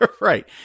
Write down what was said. Right